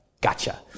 gotcha